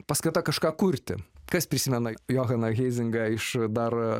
paskata kažką kurti kas prisimena johaną heizingą iš dar